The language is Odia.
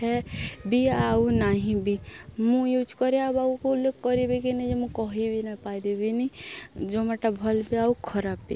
ହେ ବି ଆଉ ନାହିଁ ବିି ମୁଁ ୟୁଜ୍ କରେ ଆଉ ବା କୁଲ୍ କରିବି କିିନି ଯେ ମୁଁ କହିବି ନା ପାରିବିନି ଜୋମାଟୋ ଭଲ ବିି ଆଉ ଖରାପ ବିି